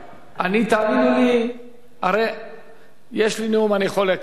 תאמינו לי, יש לי נאום, אני יכול להקריא אותו,